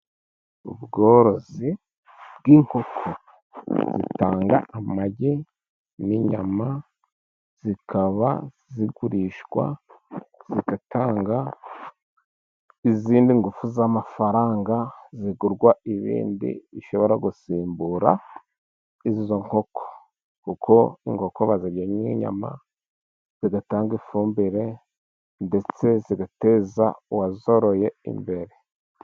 Ubworozi bw'inkoko butanga amagi n'inyama, zikaba zigurishwa zigatanga izindi ngufu z'amafaranga, zigurwa ibindi bishobora gusimbura izo nkoko. Kuko inkoko baziryamo inyama, zigatanga ifumbire, ndetse zigateza uwazoroye imbere.